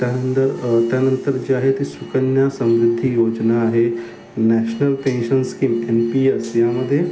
त्यानंतर त्यानंतर जी आहे ती सुकन्या समृद्धी योजना आहे national pension scheme M P S यामध्ये